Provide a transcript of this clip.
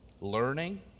learning